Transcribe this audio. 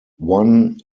one